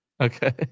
Okay